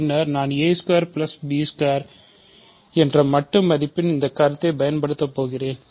பின்னர் நான் என்ற மட்டு மதிப்பின் இந்த கருத்தை பயன்படுத்தப் போகிறேன்